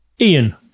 Ian